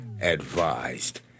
advised